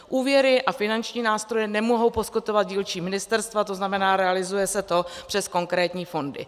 Úvěry a finanční nástroje nemohou poskytovat dílčí ministerstva, to znamená, realizuje se to přes konkrétní fondy.